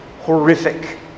horrific